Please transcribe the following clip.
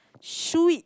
sweet